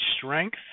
strength